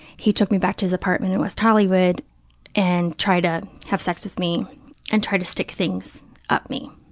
he took me back to his apartment in west hollywood and tried to have sex with me and tried to stick things up me.